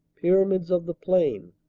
pyra mids of the plain.